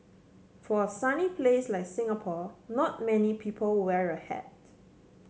for a sunny place like Singapore not many people wear a hat